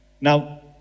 Now